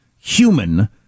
human